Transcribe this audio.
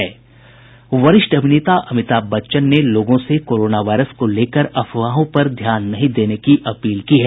वरिष्ठ अभिनेता अमिताभ बच्चन ने लोगों से कोरोना वायरस को लेकर अफवाहों पर ध्यान नहीं देने की अपील की है